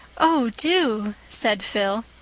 oh, do, said phil.